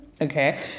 Okay